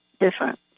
different